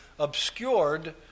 obscured